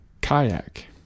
kayak